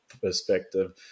perspective